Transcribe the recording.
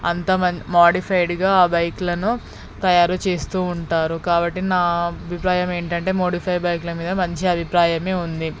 అంత మంచ్ మాడిఫైడ్గా ఆ బైక్లను తయారు చేస్తూ ఉంటారు కాబట్టి నా అభిప్రాయం ఏమిటంటే మోడిఫైడ్ బైక్ల మీద మంచి అభిప్రాయమే ఉంది